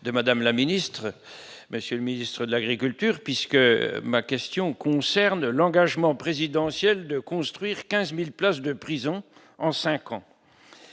de Madame la Ministre, Monsieur le ministre de l'Agriculture, puisque ma question concerne l'engagement présidentiel de construire 15000 places de prison en 5 ans